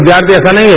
विद्यार्थी ऐसा नहीं है